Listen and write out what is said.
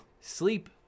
sleep